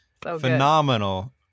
Phenomenal